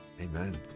Amen